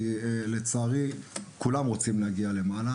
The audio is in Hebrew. כי כולם רוצים להגיע למעלה,